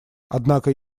однако